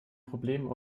problem